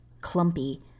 clumpy